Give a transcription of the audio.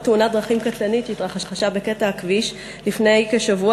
תאונת דרכים קטלנית שהתרחשה בקטע הכביש לפני כשבוע,